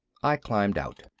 i climbed out.